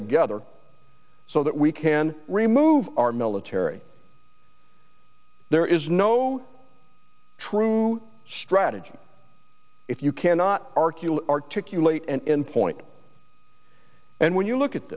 together so that we can remove our military there is no true strategy if you cannot articulate articulate and point and when you look at